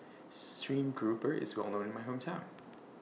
Stream Grouper IS Well known in My Hometown